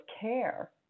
care